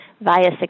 via